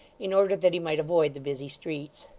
in order that he might avoid the busy streets.